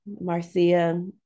Marcia